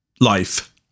life